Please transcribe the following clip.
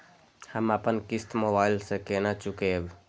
हम अपन किस्त मोबाइल से केना चूकेब?